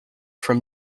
from